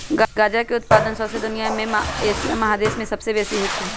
गजा के उत्पादन शौसे दुनिया में एशिया महादेश में सबसे बेशी होइ छइ